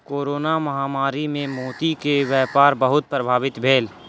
corona महामारी मे मोती के व्यापार बहुत प्रभावित भेल